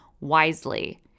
wisely